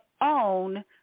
own